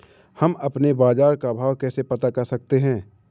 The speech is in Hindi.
हम अपने बाजार का भाव कैसे पता कर सकते है?